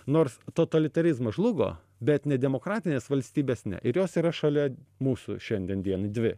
nors totalitarizmas žlugo bet nedemokratinės valstybės ir jos yra šalia mūsų šiandien dienai dvi